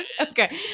Okay